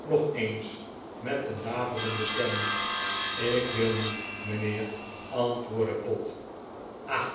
nog eens met een daverende stem ik wil niet mijnheer antwoordde pott ah